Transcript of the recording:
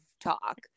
talk